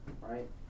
right